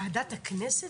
ועדת הכנסת?